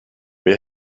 wir